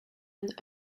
and